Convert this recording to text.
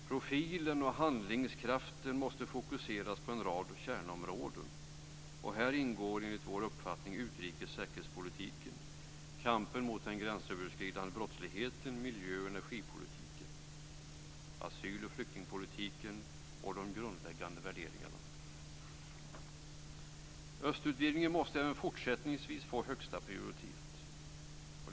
Profilen och handlingskraften måste fokuseras på en rad kärnområden. Här ingår enligt vår uppfattning utrikes och säkerhetspolitiken, kampen mot den gränsöverskridande brottsligheten, miljö och energipolitiken, asyl och flyktingpolitiken och de grundläggande värderingarna. Östutvidgningen måste även fortsättningsvis få högsta prioritet.